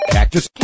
Cactus